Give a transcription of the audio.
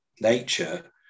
nature